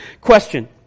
Question